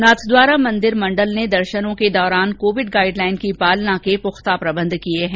नाथद्वारा मंदिर मंडल ने दर्शनों के दौरान कोविड गाइड लाइन की पालना के पुख्ता प्रबंध किए हैं